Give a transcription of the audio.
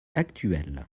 actuelle